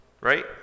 right